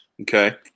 Okay